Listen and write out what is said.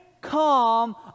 calm